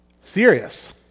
serious